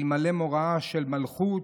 "אלמלא מוראה של מלכות,